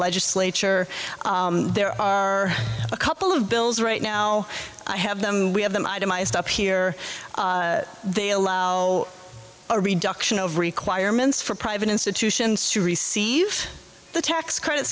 legislature there are a couple of bills right now i have them we have them itemized up here they allow a reduction of requirements for private institutions to receive the tax credit